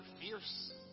fierce